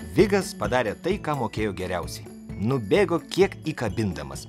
vigas padarė tai ką mokėjo geriausiai nubėgo kiek įkabindamas